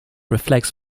reflects